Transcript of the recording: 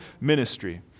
ministry